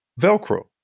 velcro